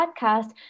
podcast